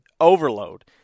Overload